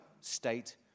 state